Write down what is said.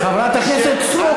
חברת הכנסת סטרוק,